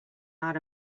not